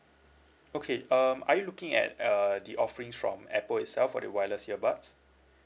okay um are you looking at uh the offerings from apple itself for the wireless earbuds